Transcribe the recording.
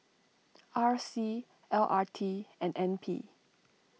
R C L R T and N P